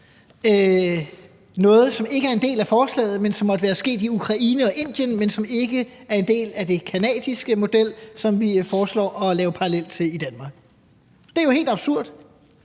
noget, som ikke er en del af forslaget, men som måtte være sket i Ukraine og Indien, og som ikke er en del af den canadiske model, som vi foreslår at lave en parallel til i Danmark. Det er jo helt absurd.